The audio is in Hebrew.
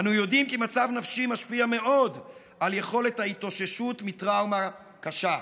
אנו יודעים כי מצב נפשי משפיע מאוד על יכולת ההתאוששות מטראומה קשה.